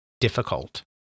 difficult